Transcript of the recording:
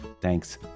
Thanks